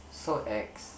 so ex